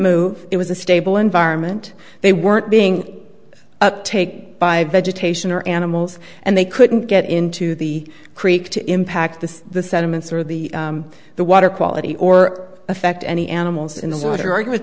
move it was a stable environment they weren't being uptake by vegetation or animals and they couldn't get into the creek to impact the the sentiments or the the water quality or affect any animals in the water argument